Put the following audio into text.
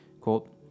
quote